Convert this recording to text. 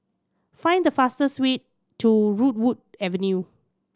find the fastest way to Redwood Avenue